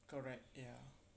correct ya